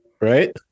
right